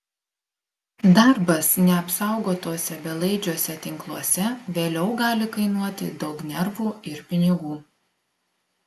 darbas neapsaugotuose belaidžiuose tinkluose vėliau gali kainuoti daug nervų ir pinigų